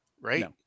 Right